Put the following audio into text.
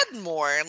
more